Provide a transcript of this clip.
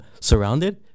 surrounded